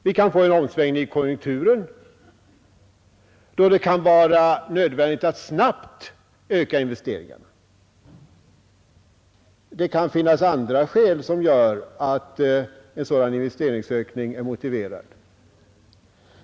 Vi kan få en omsvängning i konjunkturen, då det kan vara nödvändigt att snabbt öka investeringarna. Det kan finnas andra skäl som gör en sådan investeringsökning motiverad.